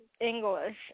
English